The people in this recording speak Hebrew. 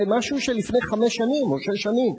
זה משהו של לפני חמש או שש שנים.